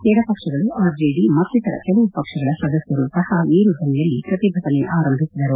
ಎಡಪಕ್ಷಗಳು ಆರ್ಜೆಡಿ ಮತ್ತಿತರ ಕೆಲವು ಪಕ್ಷಗಳ ಸದಸ್ನರು ಸಹ ಏರುದನಿಯಲ್ಲಿ ಪ್ರತಿಭಟನೆ ಆರಂಭಿಸಿದರು